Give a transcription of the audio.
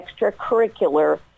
extracurricular